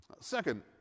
Second